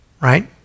right